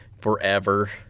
forever